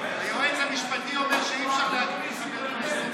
היועץ המשפטי אומר שאי-אפשר להגביל חבר כנסת.